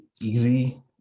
easy